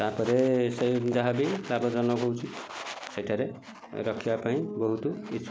ତାପରେ ସେ ଯାହାବି ଆବର୍ଜନା ହଉଛି ସେଠାରେ ରଖିବା ପାଇଁ ବହୁତ ଇଛୁକ